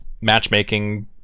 matchmaking